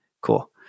cool